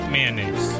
mayonnaise